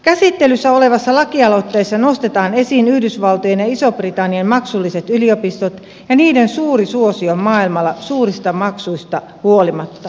käsittelyssä olevassa lakialoitteessa nostetaan esiin yhdysvaltojen ja ison britannian maksulliset yliopistot ja niiden suuri suosio maailmalla suurista maksuista huolimatta